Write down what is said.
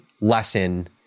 lesson